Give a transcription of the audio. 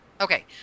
okay